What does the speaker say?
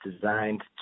designed